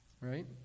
Right